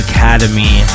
Academy